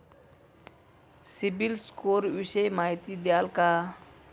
CIBIL score विषयी माहिती द्याल का?